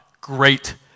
great